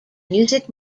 music